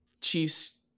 Chiefs